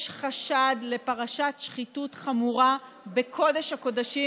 יש חשד לפרשת שחיתות חמורה בקודש הקודשים,